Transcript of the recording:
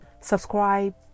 subscribe